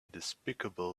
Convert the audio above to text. despicable